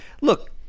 look